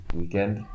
weekend